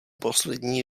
poslední